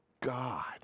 God